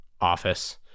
office